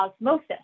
osmosis